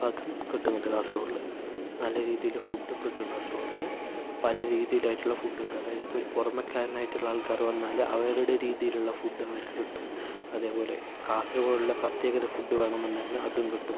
അപ്പം അതും കിട്ടുന്നുണ്ട് കാസർഗോഡില് നല്ല രീതില് ഫുഡും കിട്ടും കാസർഗൊഡില് പല രീതിലായിട്ടുള്ള ഫുഡ് കിട്ടും അതായത് പുറമായിട്ടുള്ള ആൾക്കാര് വന്നാല് അവരുടെ രീതിയിലുള്ള ഫുഡ് അവർക്ക് കിട്ടും അതേപോലെ കാസർഗൊഡില് പ്രത്യേകത ഫുഡ് വേണമെന്ന് ഉണ്ടെങ്കിലും അതും കിട്ടും